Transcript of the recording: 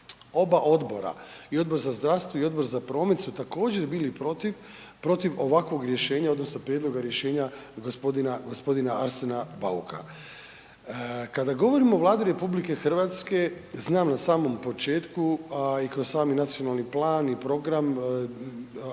oba odbora i Odbor za zdravstvo i Odbor za promet su također bili protiv, protiv ovakvog rješenja odnosno prijedloga rješenja g. Arsena Bauka. Kada govorimo o Vladi RH znam na samom početku, a i kroz sami nacionalni plan i program aktivnosti,